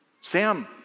Sam